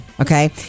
okay